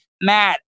matt